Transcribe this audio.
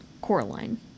Coraline